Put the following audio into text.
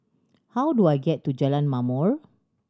how do I get to Jalan Ma'mor